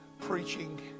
preaching